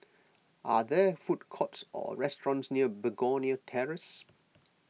are there food courts or restaurants near Begonia Terrace